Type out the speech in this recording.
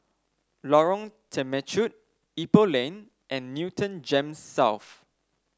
Lorong Temechut Ipoh Lane and Newton Gems South